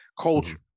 culture